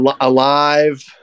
alive